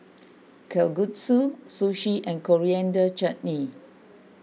Kalguksu Sushi and Coriander Chutney